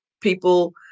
people